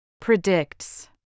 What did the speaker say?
Predicts